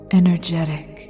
energetic